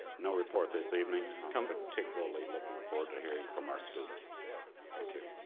no report this evening come particularly. looking forward to hearing from our students thank you.